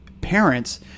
parents